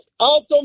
Alto